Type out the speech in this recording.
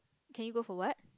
can you go for what